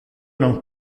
non